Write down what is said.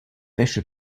wäsche